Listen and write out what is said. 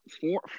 four